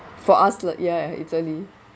for us lah ya it's early